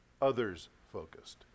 others-focused